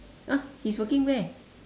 !huh! he's working where